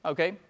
Okay